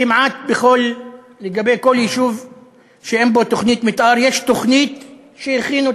כמעט לגבי כל יישוב שאין בו תוכנית מתאר יש תוכנית שהכינו,